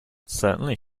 certainly